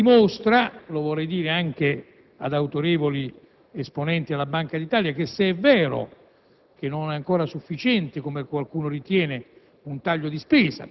ma non vi è dubbio che l'assestamento dimostri - e vorrei dirlo anche ad autorevoli esponenti della Banca d'Italia - che se è vero,